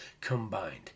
combined